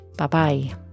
Bye-bye